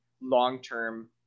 long-term